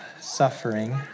suffering